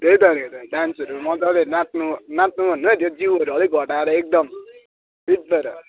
त्यही त भनेको त डान्सहरू मजाले नात्नु नात्नु भन्नु है त्यो जिउहरू अलिक घटाएर एकदम फिट भएर